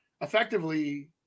effectively